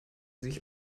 sich